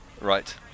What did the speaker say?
Right